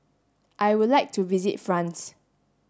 I would like to visit France